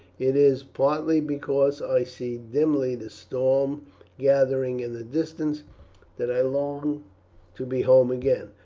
it is partly because i see dimly the storm gathering in the distance that i long to be home again.